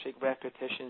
repetitions